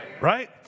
Right